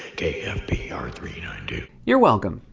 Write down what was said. k f b r three nine two. you're welcome.